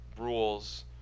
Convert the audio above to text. rules